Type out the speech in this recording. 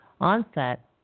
onset